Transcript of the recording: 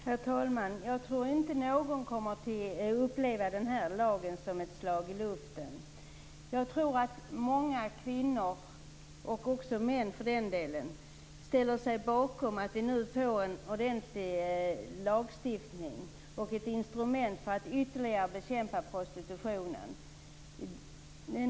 Herr talman! Jag tror inte att någon kommer att uppleva den här lagen som ett slag i luften. I stället tror jag att många kvinnor, och även män för den delen, ställer sig bakom att vi nu får en ordentlig lagstiftning och ett instrument för att ytterligare bekämpa prostitutionen.